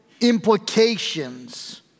implications